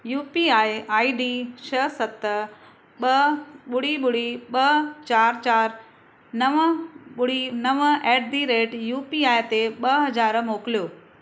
U P I I D छह सत ॿ ॿुड़ी ॿड़ी ॿ चारि चारि नव ॿुड़ी नव at the rate U P I ते ॿ हज़ार मोकिलियो